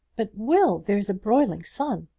but, will there's a broiling sun.